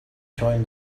joined